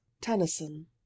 Tennyson